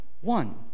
one